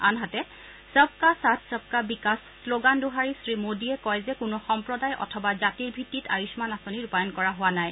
আনহাতে সবকা সাথ সবকা বিকাশ শ্লগান দোহাৰি শ্ৰী মোডীয়ে কয় যে কোনো সাম্প্ৰদায় অথবা জাতিৰ ভিত্তিত আয়ুষ্মান আঁচনি ৰূপায়ণ কৰা হোৱা নাই